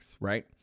Right